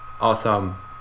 Awesome